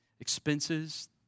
expenses